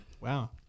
Wow